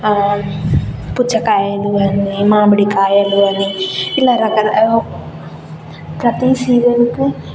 పుచ్చకాయలు అని మామిడికాయలు అని ఇలా రకరకాల ప్రతి సీసన్కి